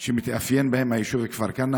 של היישוב כפר כנא,